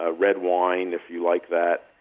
ah red wine if you like that.